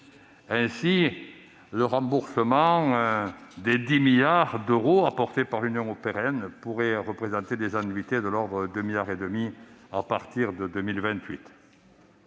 Ainsi, le remboursement des 10 milliards d'euros apportés par l'Union européenne dès 2021 pourrait représenter des annuités de l'ordre de 2,5 milliards d'euros à compter de 2028.